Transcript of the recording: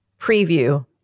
preview